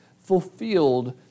fulfilled